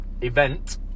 Event